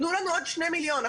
תנו לנו עוד שני מיליון.